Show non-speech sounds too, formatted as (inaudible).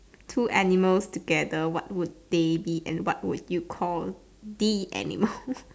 two animals together what's will they be and what will you call the animal (breath)